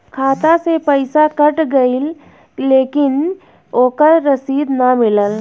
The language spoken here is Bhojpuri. खाता से पइसा कट गेलऽ लेकिन ओकर रशिद न मिलल?